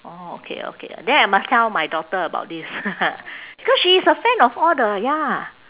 orh okay okay then I must tell my daughter about this because she is a fan of all the ya